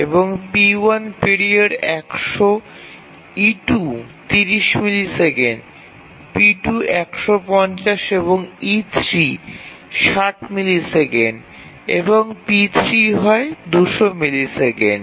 এবং p1 period ১০০ e2 ৩০ millisecond p2 ১৫০ এবং e3 ৬০ millisecond এবং p3 হয় ২০০ মিলিসেকেন্ড